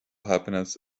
happiness